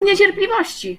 niecierpliwości